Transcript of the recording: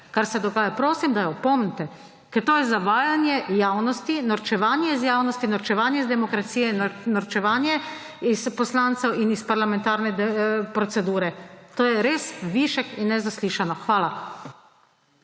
kar se dogaja. Prosim, da jo opomnite, ker to je zavajanje javnosti, norčevanje iz javnosti, norčevanje iz demokracije, norčevanje iz poslancev in iz parlamentarne procedure. **33. TRAK: (NB) –